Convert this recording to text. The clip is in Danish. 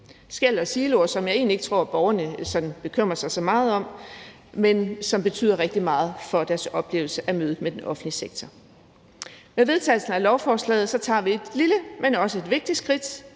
siloer og skel, som jeg egentlig ikke tror at borgerne bekymrer sig så meget om, men som betyder rigtig meget for deres oplevelse af mødet med den offentlige sektor. Med vedtagelsen af lovforslaget tager vi et lille, men også vigtigt skridt